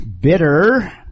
bitter